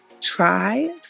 Try